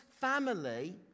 family